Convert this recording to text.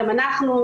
אנחנו,